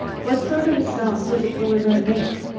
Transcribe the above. what sort of a sound does a polar bear make?